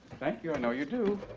thank you. i know you do.